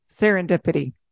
serendipity